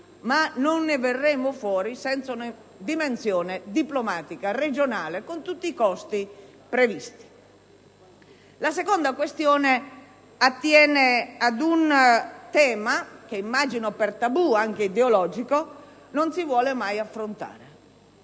ma non se ne verrà fuori senza prevedere una dimensione diplomatica regionale, con tutti i costi che ne derivano. La seconda questione attiene ad un tema che, immagino per tabù anche ideologico, non si vuole mai affrontare.